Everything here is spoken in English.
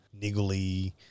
niggly